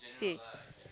they